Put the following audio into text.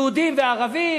יהודים וערבים,